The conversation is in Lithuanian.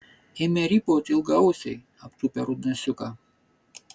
ėmė rypaut ilgaausiai aptūpę rudnosiuką